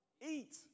eat